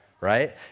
right